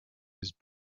his